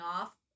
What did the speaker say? off